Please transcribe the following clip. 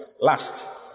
last